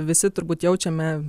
visi turbūt jaučiame